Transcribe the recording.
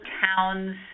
town's